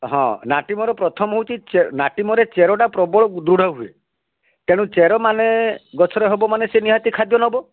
ହଁ ନାଟିମର ପ୍ରଥମ ହଉଛି ନାଟିମରେ ଚେରଟା ପ୍ରବଳ ଦୃଢ଼ ହୁଏ ତେଣୁ ଚେରମାନେ ଗଛରେ ହବ ମାନେ ସେ ନିହାତି ଖାଦ୍ୟ ନବ